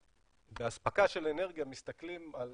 באספקה של אנרגיה מסתכלים על